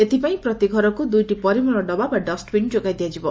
ଏଥିପାଇଁ ପ୍ରତି ଘରକୁ ଦୁଇଟି ପରିମଳ ଡବା ବା ଡଷ୍ବିନ୍ ଯୋଗାଇ ଦିଆଯିବ